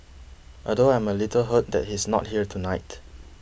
although I am a little hurt that he's not here tonight